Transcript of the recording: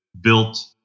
built